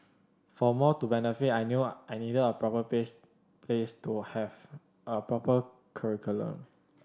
for more to benefit I knew I needed a proper place place to have a proper curriculum